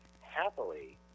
Happily